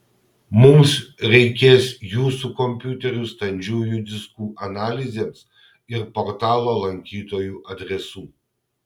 mums reikės jūsų kompiuterių standžiųjų diskų analizėms ir portalo lankytojų adresų